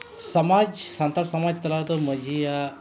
ᱥᱚᱢᱟᱡᱽ ᱥᱟᱱᱛᱟᱲ ᱥᱚᱢᱟᱡᱽ ᱛᱟᱞᱟ ᱨᱮᱫᱚ ᱢᱟᱺᱡᱷᱤᱭᱟᱜ